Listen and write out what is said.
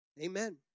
Amen